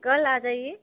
कल आ जाइए